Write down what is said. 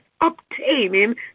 obtaining